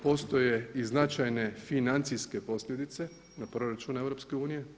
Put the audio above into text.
Postoje i značajne financijske posljedice na Proračun EU.